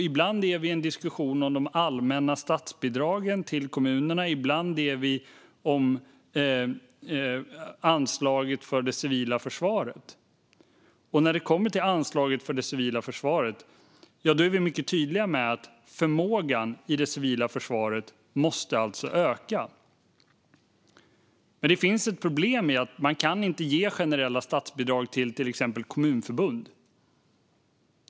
Ibland är det en diskussion om de allmänna statsbidragen till kommunerna och ibland om anslaget till det civila försvaret. Och när det kommer till anslaget till det civila försvaret är vi mycket tydliga med att förmågan i det civila försvaret måste öka. Det finns ett problem i att man inte kan ge generella statsbidrag till exempelvis kommunförbund.